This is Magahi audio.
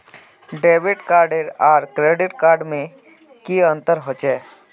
डेबिट कार्ड आर क्रेडिट कार्ड में की अंतर होचे?